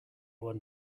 won